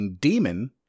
demon